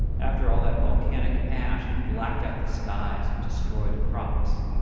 after all that volcanic ash had blacked out the skies and destroyed crops.